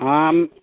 ହଁ ଆମ